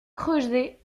creuser